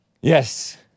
Yes